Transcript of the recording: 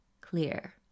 clear